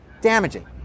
damaging